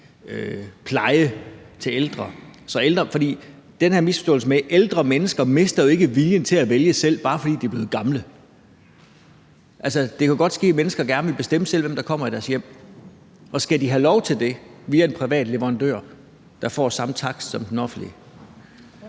pleje til ældre? Der er en misforståelse her, for ældre mennesker mister jo ikke viljen til at vælge selv, bare fordi de er blevet gamle. Det kan godt ske, at mennesker gerne selv vil bestemme, hvem der kommer i deres hjem, og skal de have lov til det via en privat leverandør, der får samme takst som den offentlige?